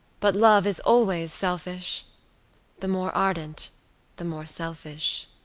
but love is always selfish the more ardent the more selfish.